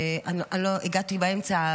אני הגעתי באמצע,